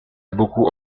beaucoup